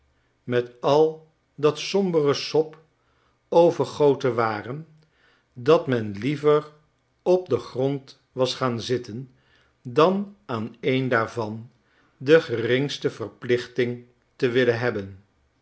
met al dat sombere sop overgoten waren dat men liever op den grond was gaan zitten dan aan een daarvan de geringste verplichttng te willen hebben